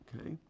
okay